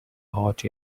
hot